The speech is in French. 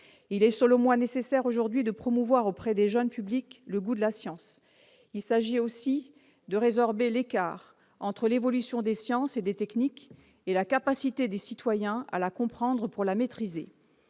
Il est selon moi nécessaire aujourd'hui de promouvoir auprès des jeunes publics le goût de la science. Il s'agit aussi de résorber l'écart entre l'évolution des sciences et des techniques et la capacité des citoyens à la comprendre pour la maîtriser.